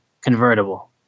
convertible